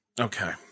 okay